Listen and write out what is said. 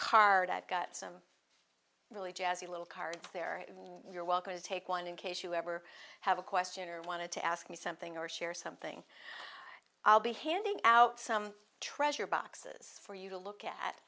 card i've got some really jazzy little cards there you're welcome to take one in case you ever have a question or wanted to ask me something or share something i'll be handing out some treasure boxes for you to look at